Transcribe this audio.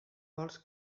vols